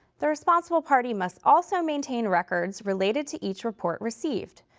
the responsible party must also maintain records related to each report received,